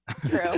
True